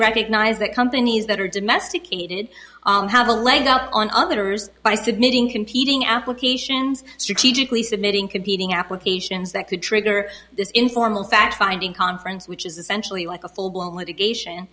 recognize that companies that are domesticated have a leg up on others by submitting competing applications strategically submitting competing applications that could trigger this informal fact finding conference which is essentially like a full blown litigation